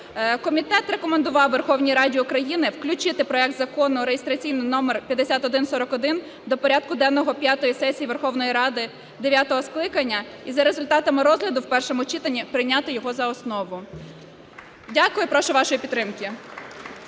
комітет рекомендував Верховній Раді України включити проект Закону реєстраційний номер 5141 до порядку денного п'ятої сесії Верховної Ради дев'ятого скликання і за результатами розгляду в першому читанні прийняти його за основу. Дякую. І прошу вашої підтримки.